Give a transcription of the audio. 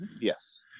Yes